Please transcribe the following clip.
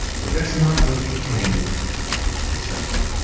but that's not what became accessible